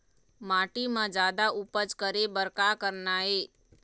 माटी म जादा उपज करे बर का करना ये?